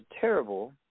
terrible